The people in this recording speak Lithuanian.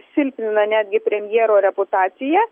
silpnina netgi premjero reputaciją